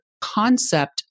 concept